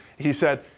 he said,